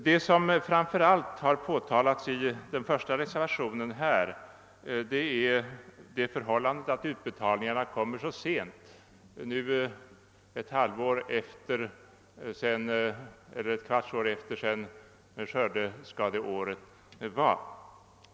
Vad som framför allt påtalats i reservationen 1 a är det förhållandet att utbetalningarna kommer så sent, i det aktuella fallet ett kvartal efter skördeskadeårets utgång.